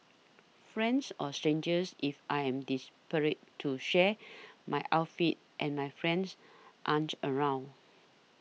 friends or strangers if I am desperate to share my outfit and my friends aren't around